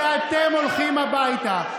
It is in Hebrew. ואתם הולכים הביתה.